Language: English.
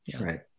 Right